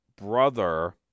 brother